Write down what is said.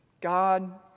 God